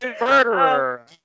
Murderer